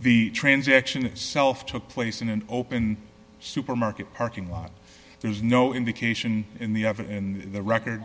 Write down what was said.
the transaction it's self took place in an open supermarket parking lot there's no indication in the oven in the record